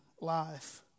life